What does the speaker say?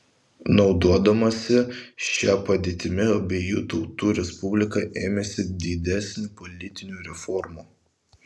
naudodamasi šia padėtimi abiejų tautų respublika ėmėsi didesnių politinių reformų